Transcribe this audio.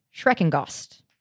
Shrekengost